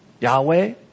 Yahweh